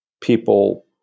people